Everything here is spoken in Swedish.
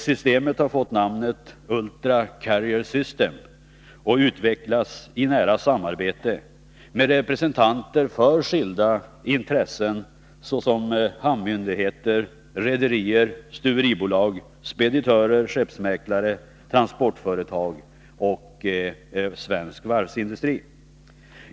Systemet har fått namnet Ultra Carrier System och utvecklas i nära samarbete med representanter för skilda intressen såsom hamnmyndigheter, rederier, stuveribolag, speditörer, skeppsmäklare, transportföretag och svensk varvsindustri.